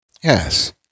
yes